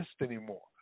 anymore